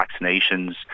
vaccinations